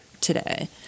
today